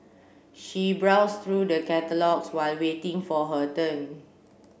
she browsed through the catalogues while waiting for her turn